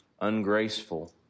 ungraceful